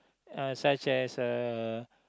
uh such as a